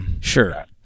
Sure